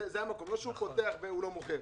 זה לא שאדם פותח חנות ולא מצליח למכור.